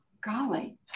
Golly